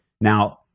now